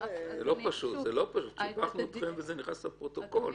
זה לא פשוט, שיבחנו אתכם וזה נכנס לפרוטוקול.